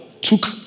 took